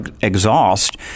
exhaust